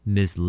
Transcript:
Miss